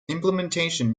implementation